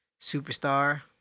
superstar